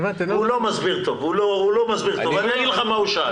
הוא לא מסביר טוב, אני אגיד לך מה הוא שאל.